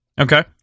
Okay